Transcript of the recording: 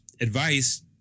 advice